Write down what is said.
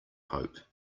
hope